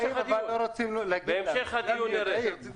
בהמשך הדיון נראה.